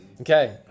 Okay